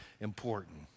important